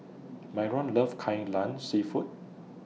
Myron Love Kai Lan Seafood